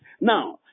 now